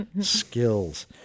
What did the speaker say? skills